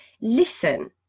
Listen